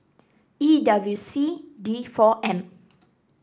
E W C D four M